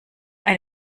ein